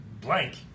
blank